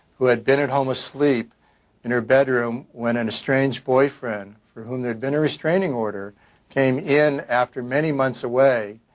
who had been at home asleep in her bedroom when an estranged boyfriend from whom there had been a restraining order came in after many months away